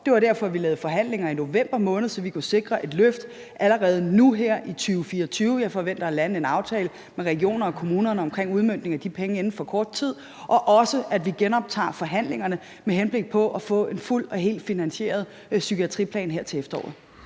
Det var derfor, vi lavede forhandlinger i november måned, så kunne vi sikre et løft allerede nu her i 2024. Jeg forventer at lande en aftale med regioner og kommuner omkring udmøntningen af de penge inden for kort tid, og jeg forventer også, at vi genoptager forhandlingerne med henblik på at få en fuldt og helt finansieret psykiatriplan her til efteråret.